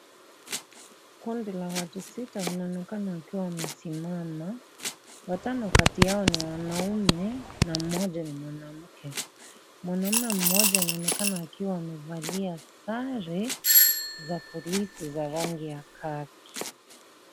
Kundi la watu sita wanaonekana wakiwa wamesimama watano kati yao ni wanaume na mmoja na mmoja ni mwanamke mwanaume mmoja anaonekana akiwa amevalia sare za polisi za rangi ya kaki.